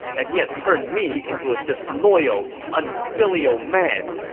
and he has turned me into a disloyal, unfilial man!